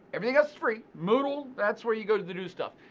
everything else is free. moodle, that's where you go to do stuff.